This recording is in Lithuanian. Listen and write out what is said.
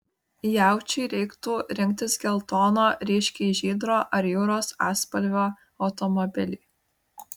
jaučiui reiktų rinktis geltono ryškiai žydro ar jūros atspalvio automobilį